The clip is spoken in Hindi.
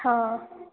हाँ